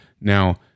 Now